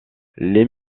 les